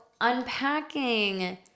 unpacking